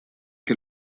que